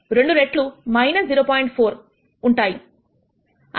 2 2 రెట్లు 0